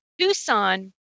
Tucson